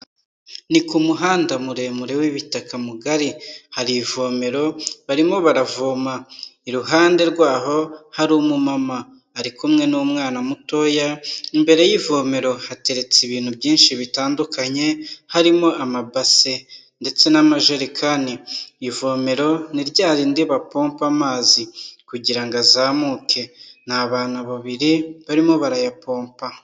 Ni ku muhanda muremure w'ibitaka mugari, hari ivomero barimo baravoma, iruhande rwaho hari umumama ari kumwe n'umwana mutoya, imbere y'ivomero hateretse ibintu byinshi bitandukanye, harimo amabase ndetse n'amajerekani, ivomero ni ryarindi bapompa amazi kugirango ngo azamuke, ni abantu babiri barimo baraya pompa.